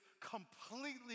completely